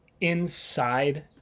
inside